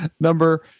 Number